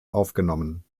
aufgenommen